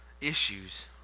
issues